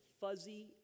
fuzzy